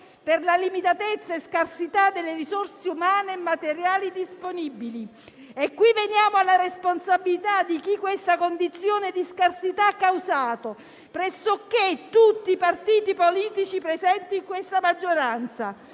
per la limitatezza e scarsità delle risorse umane e materiali disponibili. Qui veniamo alla responsabilità di chi questa condizione di scarsità ha causato, pressoché tutti i partiti politici presenti in questa maggioranza.